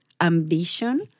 ambition